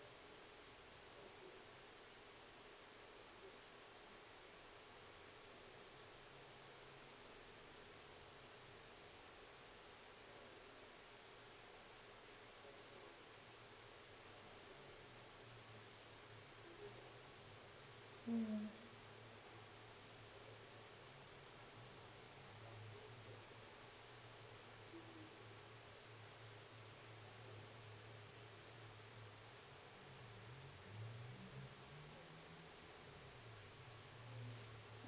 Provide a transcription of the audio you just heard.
mm